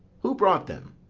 who brought them?